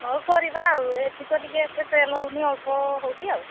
ହଉ କରିବା ଆଉ ଏଠି ତ ଟିକିଏ ଏତେ ସେଲ୍ ହେଉନି ଅଳ୍ପ ହେଉଛି ଆଉ